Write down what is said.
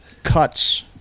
Cuts